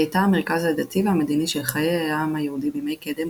היא הייתה המרכז הדתי והמדיני של חיי העם היהודי בימי קדם,